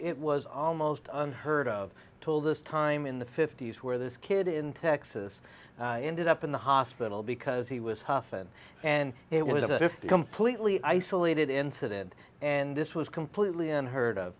it was almost unheard of tool this time in the fifty's where this kid in texas ended up in the hospital because he was huff and and it was a completely isolated incident and this was completely unheard of